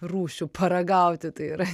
rūšių paragauti tai yra